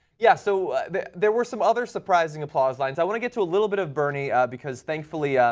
yeah so there there were some other surprising applause lines. i want to get to a little bit of bernie, because thankfully,